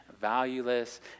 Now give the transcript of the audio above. valueless